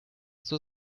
zur